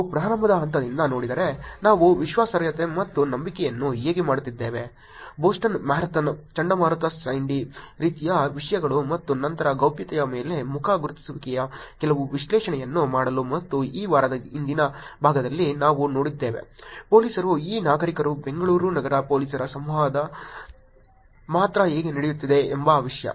ನಾವು ಪ್ರಾರಂಭದ ಹಂತದಿಂದ ನೋಡಿದರೆ ನಾವು ವಿಶ್ವಾಸಾರ್ಹತೆ ಮತ್ತು ನಂಬಿಕೆಯನ್ನು ಹೇಗೆ ಮಾಡುತ್ತಿದ್ದೇವೆ ಬೋಸ್ಟನ್ ಮ್ಯಾರಥಾನ್ ಚಂಡಮಾರುತ ಸ್ಯಾಂಡಿ ರೀತಿಯ ವಿಷಯಗಳು ಮತ್ತು ನಂತರ ಗೌಪ್ಯತೆಯ ಮೇಲೆ ಮುಖ ಗುರುತಿಸುವಿಕೆಯ ಕೆಲವು ವಿಶ್ಲೇಷಣೆಯನ್ನು ಮಾಡಲು ಮತ್ತು ಈ ವಾರದ ಹಿಂದಿನ ಭಾಗದಲ್ಲಿ ನಾವು ನೋಡಿದ್ದೇವೆ ಪೊಲೀಸರು ಮತ್ತು ನಾಗರಿಕರು ಬೆಂಗಳೂರು ನಗರ ಪೊಲೀಸರ ಸಂವಾದ ಮಾತ್ರ ಹೇಗೆ ನಡೆಯುತ್ತಿದೆ ಎಂಬ ವಿಷಯ